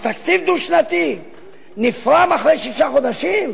אז תקציב דו-שנתי נפרם אחרי שישה חודשים?